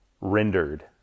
Rendered